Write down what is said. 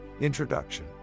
Introduction